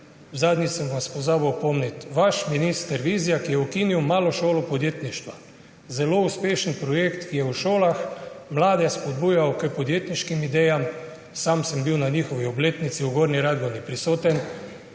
Zadnjič sem vas pozabil opomniti, vaš minister Vizjak je ukinil Malo šolo podjetništva, zelo uspešen projekt, ki je v šolah spodbujal k podjetniškim idejam. Sam sem bil na njihovi obletnici v Gornji Radgoni prisoten,